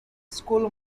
school